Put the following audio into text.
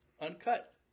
Uncut